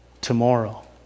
tomorrow